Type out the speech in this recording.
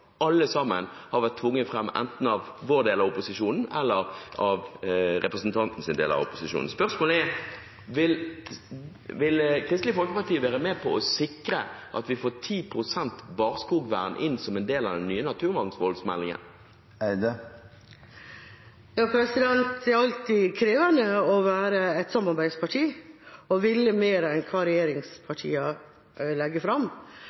alle sammen har blitt tvunget fram enten av vår del av opposisjonen, eller av representantens del av opposisjonen. Spørsmålet er: Vil Kristelig Folkeparti være med på å sikre at vi får 10 pst. barskogvern inn som en del av den nye naturmangfoldmeldingen? Det er alltid krevende å være et samarbeidsparti – å ville mer enn det regjeringspartiene legger fram.